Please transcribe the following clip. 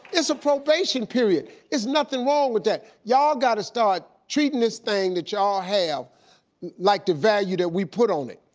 it's a probation period. there's nothing wrong with that. y'all gotta start treating this thing that y'all have like the value that we put on it.